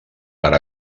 per